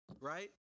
right